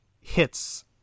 hits